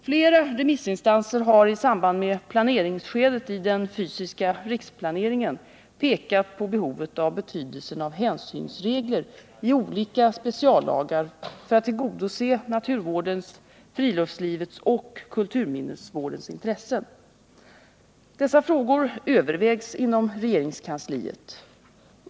Flera remissinstanser har i samband med planeringsskedet i den fysiska riksplaneringen pekat på behovet och betydelsen av hänsynsregler i olika speciallagar för att tillgodose naturvårdens, friluftslivets och kulturminnesvårdens intressen. Dessa frågor övervägs inom regeringskansliet.